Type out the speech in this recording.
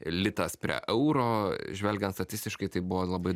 litas prie euro žvelgiant statistiškai tai buvo labai